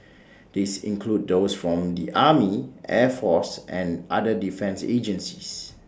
this include those from the army air force and other defence agencies